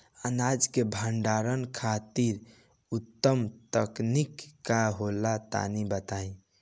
अनाज के भंडारण खातिर उत्तम तकनीक का होला तनी बताई?